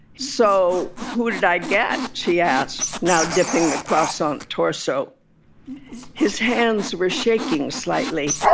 so who did i get? she asked, now dipping the croissant torso his hands were shaking slightly.